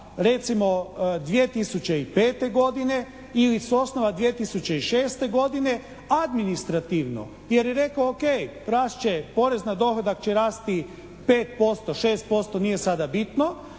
recimo 2005. godine ili s osnova 2006. godine administrativno jer je rekao o.k. rast će, porez na dohodak će rasti 5%, 6% nije sada bitno,